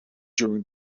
during